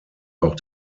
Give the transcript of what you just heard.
auch